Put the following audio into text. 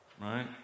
right